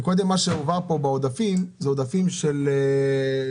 מקודם מה שהועבר פה בעודפים, זה עודפים של הפרסום.